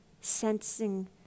sensing